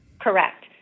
Correct